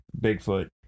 Bigfoot